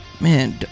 man